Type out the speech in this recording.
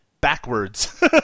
backwards